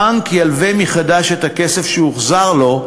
הבנק ילווה מחדש את הכסף שהוחזר לו,